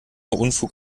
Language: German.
unfug